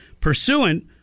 Pursuant